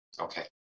Okay